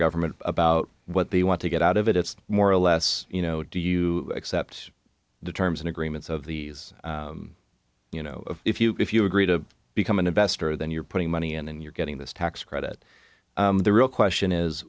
government about what they want to get out of it it's more or less you know do you accept the terms and agreements of these you know if you if you agree to become an investor then you're putting money in and you're getting this tax credit the real question is